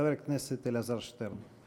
חבר הכנסת אלעזר שטרן.